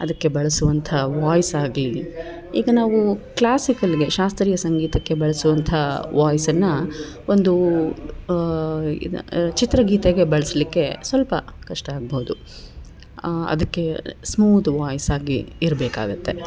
ಅದಕ್ಕೆ ಬಳಸುವಂಥ ವಾಯ್ಸ್ ಆಗಲಿ ಈಗ ನಾವು ಕ್ಲಾಸಿಕಲ್ಗೆ ಶಾಸ್ತ್ರೀಯ ಸಂಗೀತಕ್ಕೆ ಬಳಸುವಂಥ ವಾಯ್ಸನ್ನು ಒಂದು ಇದು ಚಿತ್ರಗೀತೆಗೆ ಬಳಸ್ಲಿಕ್ಕೆ ಸ್ವಲ್ಪ ಕಷ್ಟ ಆಗ್ಬೌದು ಅದಕ್ಕೆ ಸ್ಮೂತ್ ವಾಯ್ಸಾಗಿ ಇರಬೇಕಾಗತ್ತೆ